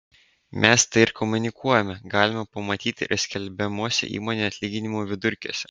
mes tai ir komunikuojame galima pamatyti ir skelbiamuose įmonių atlyginimų vidurkiuose